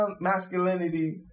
masculinity